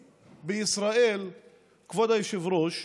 היושב-ראש,